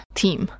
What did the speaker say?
team